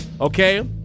Okay